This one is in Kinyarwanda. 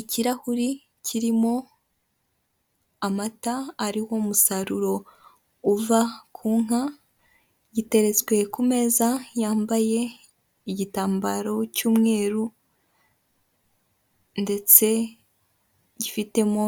Ikirahuri kirimo amata ari wo mu umusaruro uva ku nka, giteretswe ku meza yambaye igitambaro cy'umweru ndetse gifitemo